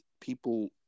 people